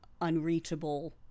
unreachable